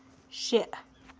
شےٚ